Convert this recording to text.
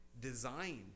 designed